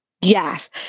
Yes